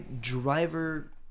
Driver